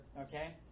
Okay